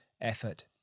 effort